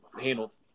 handled